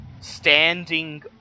standing